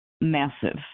massive